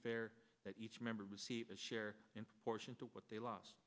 fair that each member receive a share in proportion to what they lost